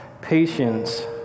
patience